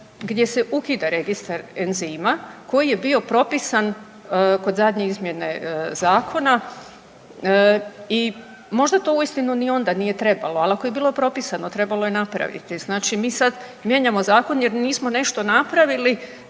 gdje se ukida Registar enzima koji je bio propisan kod zadnje izmjene zakona i možda to uistinu ni onda nije trebalo, ali ako je bilo propisano, trebalo je napraviti. Znači, mi sad mijenjamo zakon jer nismo nešto napravili,